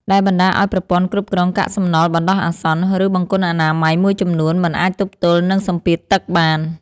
ដែលបណ្តាលឱ្យប្រព័ន្ធគ្រប់គ្រងកាកសំណល់បណ្តោះអាសន្ន ឬបង្គន់អនាម័យមួយចំនួន មិនអាចទប់ទល់នឹងសម្ពាធទឹកបាន។